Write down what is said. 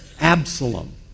Absalom